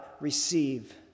receive